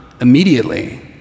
immediately